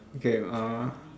okay uh